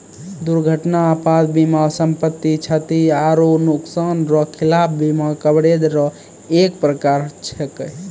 दुर्घटना आपात बीमा सम्पति, क्षति आरो नुकसान रो खिलाफ बीमा कवरेज रो एक परकार छैकै